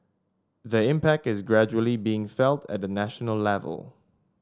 the impact is gradually being felt at the national level